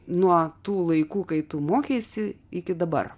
nuo tų laikų kai tu mokeisi iki dabar